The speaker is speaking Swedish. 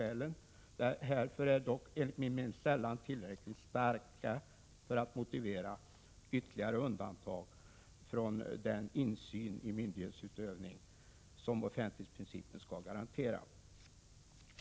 Skälen härför är dock enligt min mening sällan tillräckligt starka för att motivera ytterligare undantag från den insyn i myndighetsutövningen som offentlighetsprincipen skall garantera.